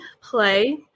play